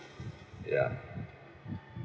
ya